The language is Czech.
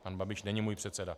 Pan Babiš není můj předseda.